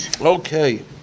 Okay